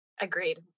Agreed